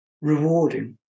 rewarding